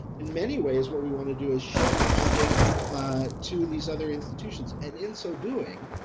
in many ways, what we want to do is shift funding to these other institutions and in so doing,